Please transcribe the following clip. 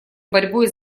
борьбой